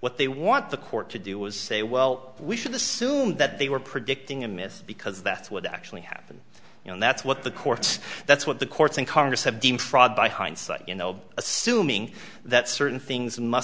what they want the court to do was say well we should assume that they were predicting a myth because that's what actually happened and that's what the courts that's what the courts and congress have deemed fraud by hindsight you know assuming that certain things must